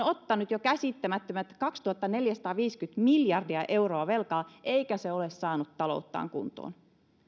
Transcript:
ottanut jo käsittämättömät kaksituhattaneljäsataaviisikymmentä miljardia euroa velkaa eikä se ole saanut talouttaan kuntoon